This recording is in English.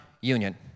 union